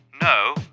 No